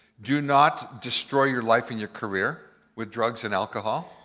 do not destroy your life and your career with drugs and alcohol.